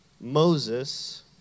Moses